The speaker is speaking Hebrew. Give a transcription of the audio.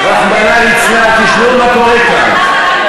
רחמנא ליצלן, תשמעו מה קורה כאן.